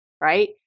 right